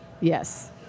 Yes